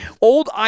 old